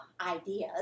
ideas